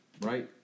Right